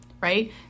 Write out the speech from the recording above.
right